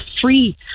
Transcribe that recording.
free